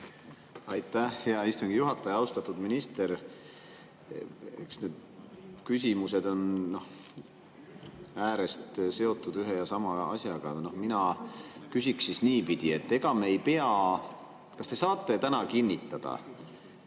Aitäh, hea istungi juhataja! Austatud minister! Eks need küsimused on äärest seotud ühe ja sama asjaga. Mina küsiks siis niipidi, et ega me ei pea … Kas te saate täna kinnitada,